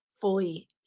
fully